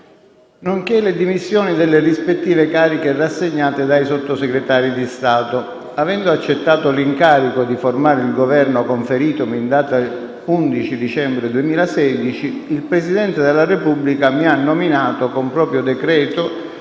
nonché le dimissioni dalle rispettive cariche rassegnate dai Sottosegretari di Stato. Avendo accettato l'incarico di formare il Governo conferitomi in data 11 dicembre 2016, il Presidente della Repubblica mi ha nominato, con proprio decreto